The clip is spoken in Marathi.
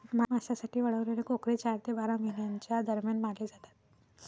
मांसासाठी वाढवलेले कोकरे चार ते बारा महिन्यांच्या दरम्यान मारले जातात